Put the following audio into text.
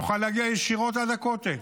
יוכל להגיע ישירות עד הכותל.